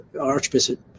Archbishop